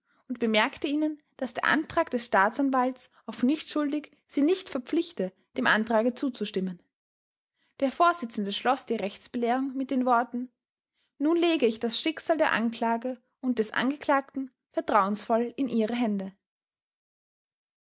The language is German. und bemerkte ihnen daß der antrag des staatsanwalts auf nichtschuldig sie nicht verpflichte dem antrage zuzustimmen der vorsitzende schloß die rechtsbelehrung mit den worten nun lege ich das schicksal der anklage und des angeklagten vertrauensvoll in ihre hände